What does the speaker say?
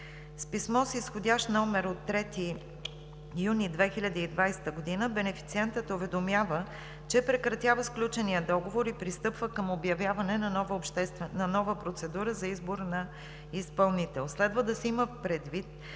С писмо с изходящ номер от 3 юни 2020 г. бенефициентът уведомява, че прекратява сключения договор, и пристъпва към обявяване на нова процедура за избор на изпълнител. Следва да се има предвид,